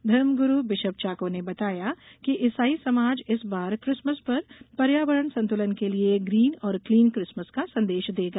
धर्मगुरु बिषप चाको ने बताया कि ईसाई समाज इस बार क्रिसमस पर पर्यावरण संतुलन के लिए ग्रीन और क्लीन क्रिसमस का संदेश देगा